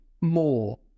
more